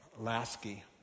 Lasky